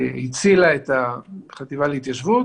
שהצילה את החטיבה להתיישבות.